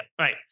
Right